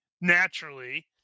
Naturally